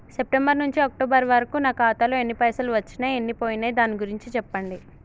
September నుంచి October వరకు నా ఖాతాలో ఎన్ని పైసలు వచ్చినయ్ ఎన్ని పోయినయ్ దాని గురించి చెప్పండి?